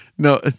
No